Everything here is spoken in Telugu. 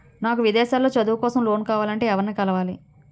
నాకు విదేశాలలో చదువు కోసం లోన్ కావాలంటే ఎవరిని కలవాలి?